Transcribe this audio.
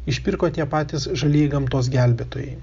išpirko tie patys žalieji gamtos gelbėtojai